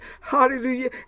Hallelujah